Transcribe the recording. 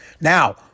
Now